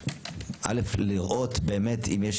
אל"ף לראות אם יש